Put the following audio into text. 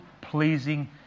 pleasing